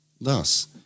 Thus